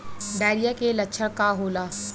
Diarrhoea के लक्षण का होला?